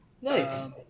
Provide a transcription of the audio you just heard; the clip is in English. Nice